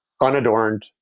unadorned